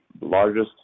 largest